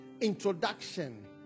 introduction